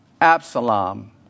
Absalom